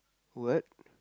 what